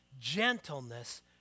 gentleness